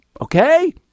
Okay